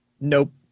nope